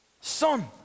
son